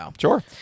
Sure